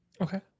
Okay